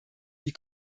die